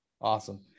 Awesome